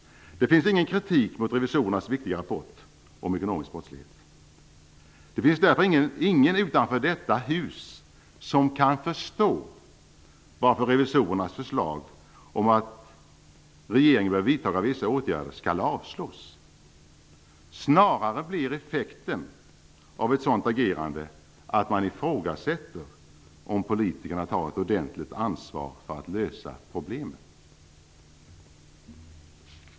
Det finns ingen kritik mot revisorernas viktiga rapport om ekonomisk brottslighet. Det finns därför ingen utanför detta hus som kan förstå varför revisorernas förslag om att regeringen bör vidta vissa åtgärder skall avslås. Snarare blir effekten av ett sådant agerande att man ifrågasätter om politikerna tar ett ordentligt ansvar för att lösa problemen.